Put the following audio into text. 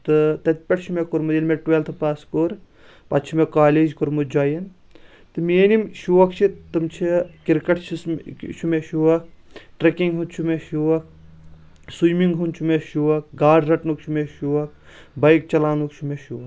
تہٕ تتہِ پٮ۪ٹھ چھُ مےٚ کوٚرمُت ییٚلہِ مےٚ ٹُویلتھ پاس کوٚر پتہٕ چھُ مےٚ کالیج کوٚرمُت جویِن تہٕ میٲنۍ یِم شوق چھِ تِم چھِ کرکٹ چھُس یہِ چھُ مےٚ شوق ٹریکنٛگ ہُنٛد چھُ مےٚ شوق سویمنٛگ ہُنٛد چھُ مےٚ شوق گاڈٕ رٹنُک چھُ مےٚ شوق بایِک چلاونُک چھُ مےٚ شوق